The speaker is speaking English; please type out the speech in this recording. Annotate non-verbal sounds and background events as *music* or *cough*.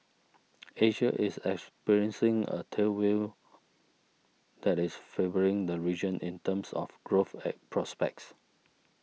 Asia is experiencing a tail will that is favouring the region in terms of growth *hesitation* prospects